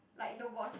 like the worse